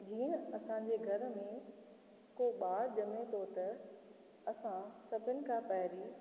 जीअं असांजे घर में को ॿार ॼमे थो त असां सभिनि खां पहिरीं